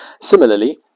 Similarly